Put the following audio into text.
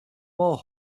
more